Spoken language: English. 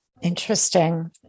Interesting